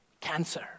cancer